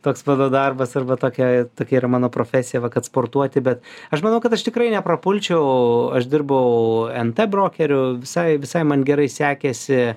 toks mano darbas arba tokia tokia yra mano profesija va kad sportuoti bet aš manau kad aš tikrai neprapulčiau aš dirbau nt brokeriu visai visai man gerai sekėsi